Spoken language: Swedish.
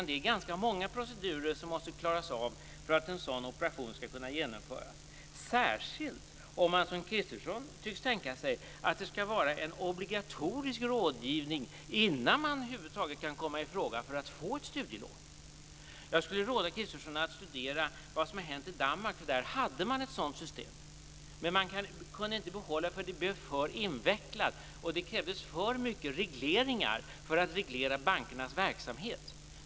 Det är ganska många procedurer som måste klaras av för att en sådan operation skall kunna genomföras, särskilt om det skall vara en obligatorisk rådgivning innan man över huvud taget kan komma i fråga för att få ett studielån, som Kristersson tycks tänka sig. Jag skulle råda Kristersson att studera vad som har hänt i Danmark. Där hade man ett sådant system, men man kunde inte behålla det eftersom det blev för invecklat. Det krävdes för mycket regleringar för att reglera bankernas verksamhet.